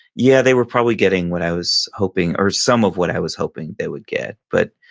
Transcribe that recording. yeah they were probably getting what i was hoping or some of what i was hoping they would get. but,